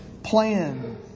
Plan